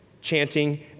chanting